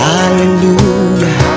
Hallelujah